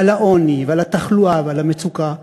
ועל העוני, ועל התחלואה, ועל המצוקה,